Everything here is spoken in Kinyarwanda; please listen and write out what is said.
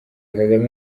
kagame